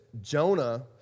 Jonah